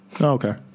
Okay